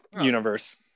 universe